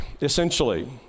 essentially